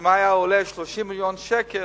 שאם זה היה 30 מיליון שקל,